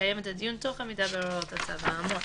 לקיים את הדיון תוך עמידה בהוראות הצו האמור